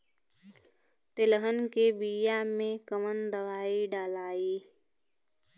तेलहन के बिया मे कवन दवाई डलाई?